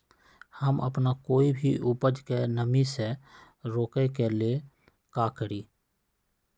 हम अपना कोई भी उपज के नमी से रोके के ले का करी?